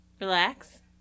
relax